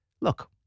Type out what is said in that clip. Look